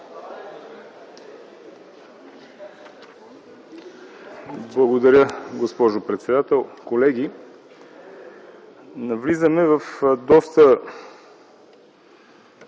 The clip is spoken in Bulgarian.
Благодаря, госпожо председател. Колеги, навлизаме в доста